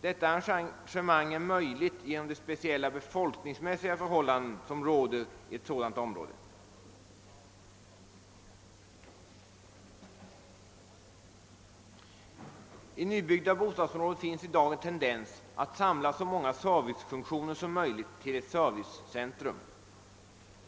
Detta arrangemang är möjligt genom de speciella befolkningsmässiga förhållanden som råder i ett sådant område. I nybyggda bostadsområden finns i dag en tendens att samla så många ser vicefunktioner som möjligt till ett servicecentrum.